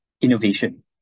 innovation